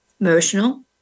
emotional